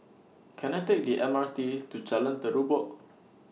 Can I Take The M R T to Jalan Terubok